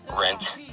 Rent